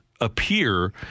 appear